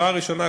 הסיבה הראשונה,